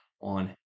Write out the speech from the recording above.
on